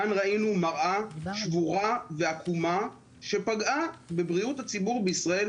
כאן ראינו מראה שבורה ועקומה שפגעה בבריאות הציבור בישראל,